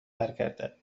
برگردد